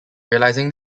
realizing